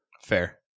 Fair